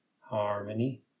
harmony